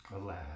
Alas